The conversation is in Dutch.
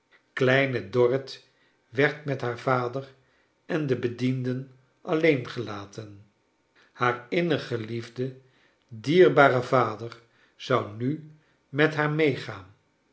kleine dorrit werd met haar vader en de bedienden alleen gelaten haar innig geliefde dierbare vader zou nu met haar meegaan